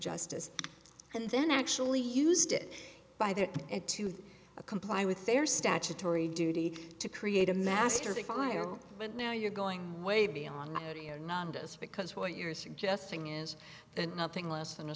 justice and then i actually used it by their it to comply with their statutory duty to create a master to fire but now you're going way beyond my audio nonda us because what you're suggesting is nothing less than a